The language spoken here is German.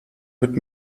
mit